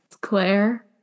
Claire